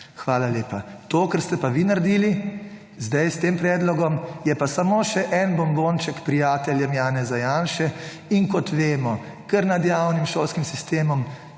Hvala lepa. To, kar ste pa vi sedaj naredili s tem predlogom je pa sam še eden bombonček prijateljem Janeza Janše in kot vemo, ker nad javnim šolskim sistemom